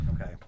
Okay